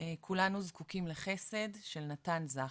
'כולנו זקוקים לחסד' של נתן זך: